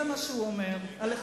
זה מה שהוא אומר עליכם.